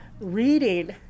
reading